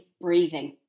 breathing